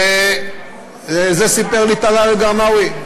ואת זה סיפר לי טלאל אלקרינאוי,